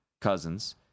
Cousins